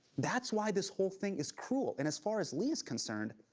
that's why this whole thing is cruel, and as far as lee's concerned,